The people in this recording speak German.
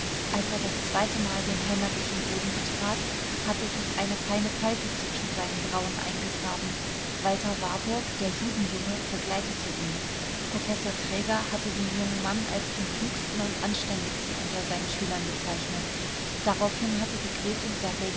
als er das zweitemal den heimatlichen boden betrat hatte sich eine feine falte zwischen seinen brauen eingegraben walter warburg der judenjunge begleitete ihn professor traeger hatte den jungen mann als den klügsten und anständigsten unter seinen schülern bezeichnet daraufhin hatte die gräfin